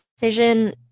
decision